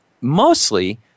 mostly